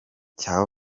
cya